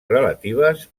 relatives